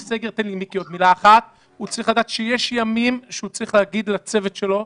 יש ימים שהוא צריך להגיד לצוות שלו,